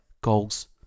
goals